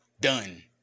done